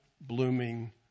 blooming